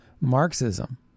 Marxism